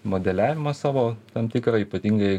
modeliavimą savo tam tikrą ypatingai